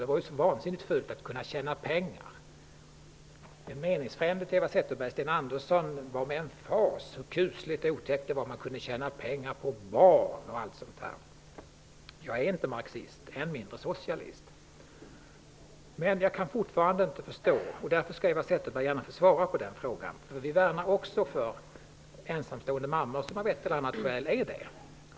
Det var så vansinnigt fult att kunna tjäna pengar. En meningsfrände till Eva Zetterberg -- Sten Andersson -- talade med emfas om hur kusligt otäckt det var att man kunde tjäna pengar på barn! Jag är inte marxist, än mindre socialist. Vi värnar också om dem som av ett eller annat skäl är ensamstående mammor. Enligt våra familjepolitiska förslag får man 8 000 skattefritt i månaden.